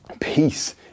peace